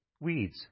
weeds